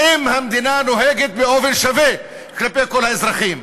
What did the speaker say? האם המדינה נוהגת באופן שווה כלפי כל האזרחים?